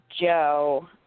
Joe